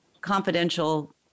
confidential